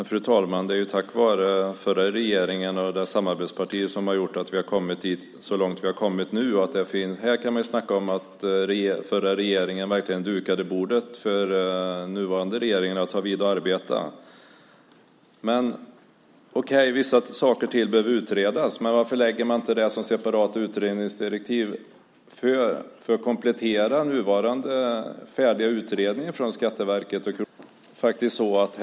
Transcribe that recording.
Fru talman! Det är ju tack vare den förra regeringen och dess samarbetspartier som vi har kommit så långt som vi kommit nu. Här kan man snacka om att den förra regeringen verkligen dukade bordet för nuvarande regering att ta vid och arbeta. Okej - vissa saker till behöver utredas. Men varför lägger man inte det som ett separat utredningsdirektiv för att komplettera den nuvarande färdiga utredningen från Skatteverket och Kronofogdemyndigheten?